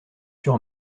sur